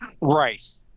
Right